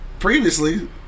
Previously